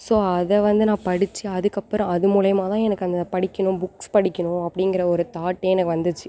so அதை வந்து நான் படிச்சு அதுக்கு அப்புறம் அது மூலியமாக தான் எனக்கு அந்த படிக்கணும் புக்ஸ் படிக்கணும் அப்படிங்குற ஒரு தாட்டே எனக்கு வந்துச்சு